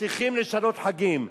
צריכים לשנות חגים.